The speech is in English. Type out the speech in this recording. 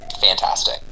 fantastic